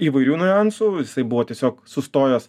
įvairių niuansų jisai buvo tiesiog sustojęs